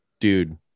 Dude